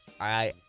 I-